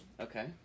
okay